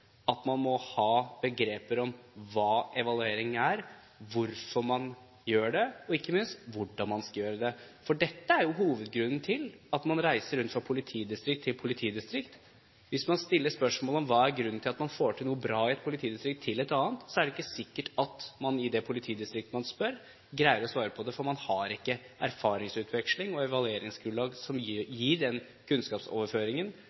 at man må ha begreper om hva evaluering er, hvorfor man gjør det og ikke minst hvordan man skal gjøre det. For dette er hovedgrunnen til at man reiser rundt fra politidistrikt til politidistrikt. Hvis man stiller spørsmålet om hva som er grunnen til at man får til noe bra i ett politidistrikt fremfor et annet, er det ikke sikkert at man i det politidistriktet man spør, greier å svare på det, for man har ikke erfaringsutveksling og evalueringsgrunnlag som